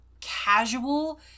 casual